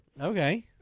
Okay